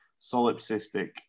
solipsistic